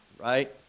Right